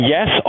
Yes